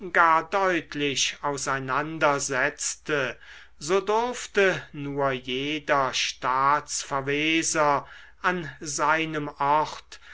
deutlich auseinander setzte so durfte nur jeder staatsverweser an seinem ort